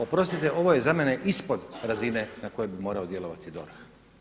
Oprostite ovo je za mene ispod razine na kojoj bi morao djelovati DORH.